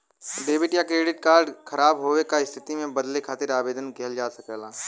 debit या credit card ख़राब होये क स्थिति में बदले खातिर आवेदन किहल जा सकला